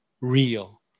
real